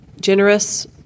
generous